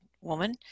woman